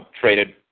Traded